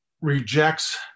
rejects